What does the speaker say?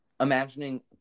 imagining